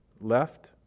left